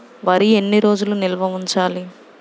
వరి ఎన్ని రోజులు నిల్వ ఉంచాలి?